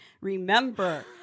Remember